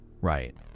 right